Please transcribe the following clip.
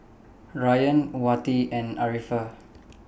Ryan Wati and Arifa